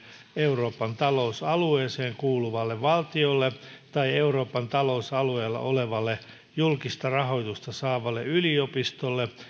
euroopan talousalueeseen kuuluvalle valtiolle tai euroopan talousalueella olevalle julkista rahoitusta saavalle yliopistolle